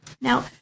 Now